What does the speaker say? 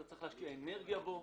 אתה צריך להשקיע אנרגיה בו.